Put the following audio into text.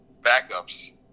Backups